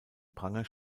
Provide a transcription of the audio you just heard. pranger